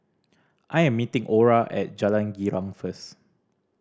I am meeting Ora at Jalan Girang first